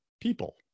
people